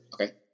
Okay